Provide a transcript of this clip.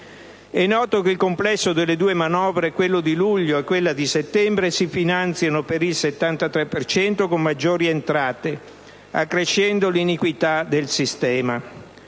È noto che il complesso delle due manovre, quella di luglio e quella di settembre, si finanzia per il 73 per cento con maggiori entrate, accrescendo l'iniquità del sistema